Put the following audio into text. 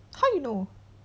how you know